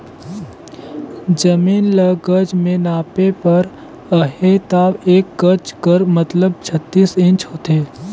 जमीन ल गज में नापे बर अहे ता एक गज कर मतलब छत्तीस इंच होथे